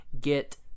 get